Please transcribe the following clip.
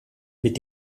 mit